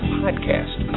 podcast